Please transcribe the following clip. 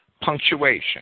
punctuation